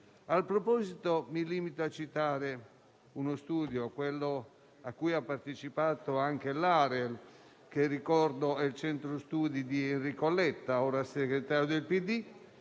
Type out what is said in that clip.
tale proposito, mi limito a citare uno studio, a cui ha partecipato anche l'AREL (ricordo che è il centro studi di Enrico Letta, ora segretario del PD),